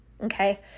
okay